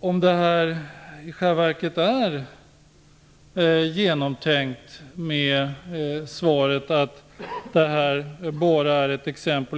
om det i själva verket är genomtänkt med svaret att detta bara är ett exempel.